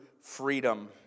freedom